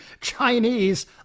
Chinese